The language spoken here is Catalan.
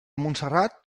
montserrat